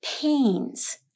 pains